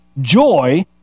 Joy